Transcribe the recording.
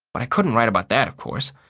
but i couldn't write about that, of course.